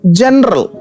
general